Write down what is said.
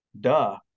duh